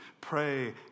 pray